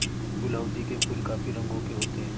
गुलाउदी के फूल काफी रंगों के होते हैं